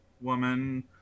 woman